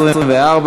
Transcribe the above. התשע"ד 2014,